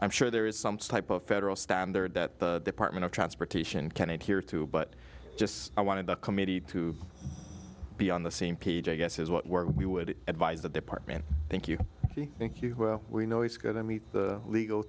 i'm sure there is some type of federal standard that the partment of transportation can adhere to but just i wanted the committee to be on the same page i guess is what we're we would advise the department thank you thank you well we know it's going to meet the legal